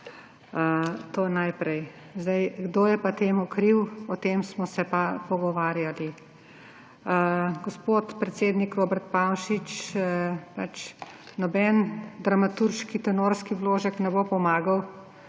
To najprej. Kdo je pa temu kriv, o tem smo se pa pogovarjali. Gospod predsednik Robert Pavšič, noben dramaturški tenorski vložek ne bo pomagal,